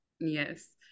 yes